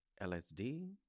LSD